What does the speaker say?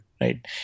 right